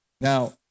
Now